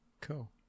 cool